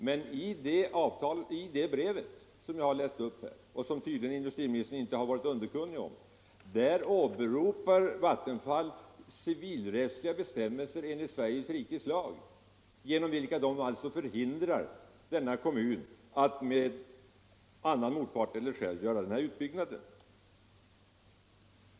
Men i det brev som jag här läste upp och som industriministern tydligen inte är underkunnig om, åberopar Vattenfall civilrättsliga bestämmelser enligt Sveriges rikes lag, och därigenom förhindrar Vattenfall kommunen att själv eller med annan motpart göra denna utbyggnad.